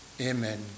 Amen